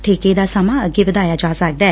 ਠੇਕੇ ਦਾ ਸਮਾਂ ਅੱਗੇ ਵਧਾਇਆ ਜਾ ਸਕਦੈ